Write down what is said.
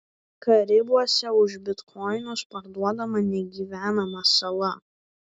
karibuose už bitkoinus parduodama negyvenama sala